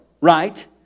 right